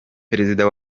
perezida